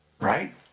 Right